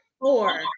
Four